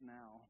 now